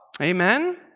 Amen